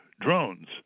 drones